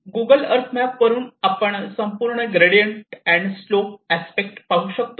Google Earth map वरून आपण संपूर्ण ग्रेडियंट अँड स्लोप अस्पेक्ट पाहू शकतो